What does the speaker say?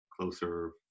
closer